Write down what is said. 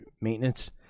maintenance